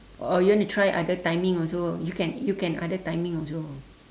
or you want to try other timing also you can you can other timing also